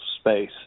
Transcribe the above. space